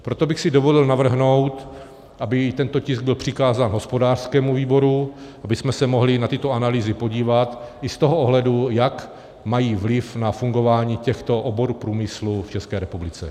Proto bych si dovolil navrhnout, aby i tento tisk byl přikázán hospodářskému výboru, abychom se mohli na tyto analýzy podívat i z toho ohledu, jak mají vliv na fungování těchto oborů průmyslu v České republice.